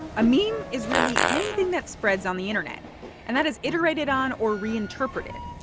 i mean is really anything that spreads on the internet and that is iterated on or re-interpreted.